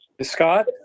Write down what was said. Scott